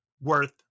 worth